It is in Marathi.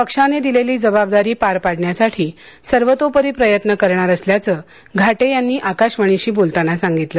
पक्षाने दिलेली जबाबदारी पार पाडण्यासाठी सर्वतोपरी प्रयत्न करणार असल्याचं घाटे यांनी आकाशवाणीशी बोलताना सांगितलं